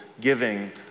giving